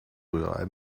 rührei